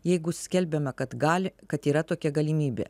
jeigu skelbiama kad gali kad yra tokia galimybė